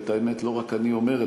ואת האמת לא רק אני אומר,